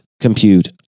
Compute